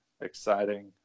exciting